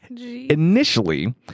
Initially